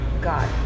God